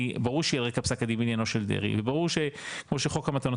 היא ברור שהיא על רקע פסק הדין בעניינו של דרעי וברור שכמו שחוק המתנות,